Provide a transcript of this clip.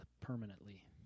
permanently